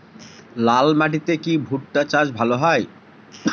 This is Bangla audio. লাল মাটিতে কি ভুট্টা চাষ ভালো হয়?